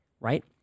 right